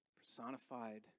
personified